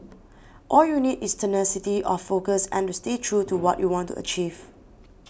all you need is tenacity of focus and to stay true to what you want to achieve